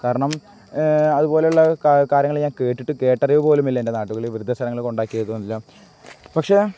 കാരണം അതുപോലുള്ള കാര്യങ്ങൾ ഞാൻ കേട്ടിട്ട് കേട്ട അറിവ് പോലുമില്ല എൻ്റെ നാട്ടുകളിൽ ഈ വൃദ്ധസദനങ്ങളിൽ കൊണ്ടാക്കിയത് ഒന്നില്ല പക്ഷേ